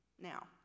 Now